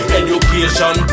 education